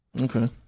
Okay